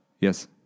Yes